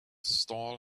stall